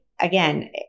again